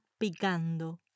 picando